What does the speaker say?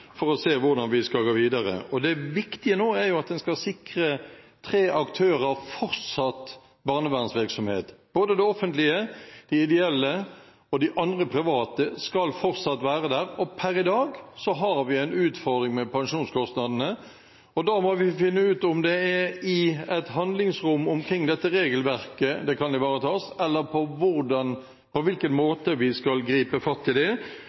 for å se hvordan vi skal gå videre. Det viktige nå er at en sikrer tre aktører fortsatt barnevernsvirksomhet. Både det offentlige, de ideelle og de andre, private, skal fortsatt være der. Per i dag har vi en utfordring med pensjonskostnadene. Vi må finne ut om det er i et handlingsrom omkring dette regelverket det kan ivaretas, eller på hvilken annen måte vi skal gripe fatt i det.